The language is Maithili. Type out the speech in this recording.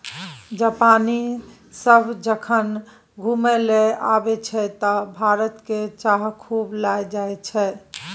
जापानी सभ जखन घुमय लेल अबैत छै तँ भारतक चाह खूब लए जाइत छै